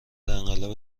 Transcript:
انقلاب